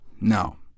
No